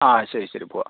ആ ശരി ശരി പോവാം